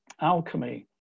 alchemy